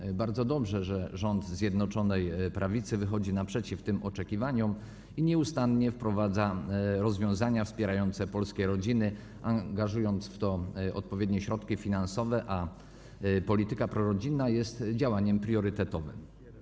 I bardzo dobrze, że rząd Zjednoczonej Prawicy wychodzi naprzeciw tym oczekiwaniom i nieustannie wprowadza rozwiązania wspierające polskie rodziny, angażując w to odpowiednie środki finansowe, a polityka prorodzinna jest działaniem priorytetowym.